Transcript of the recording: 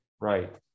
right